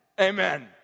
Amen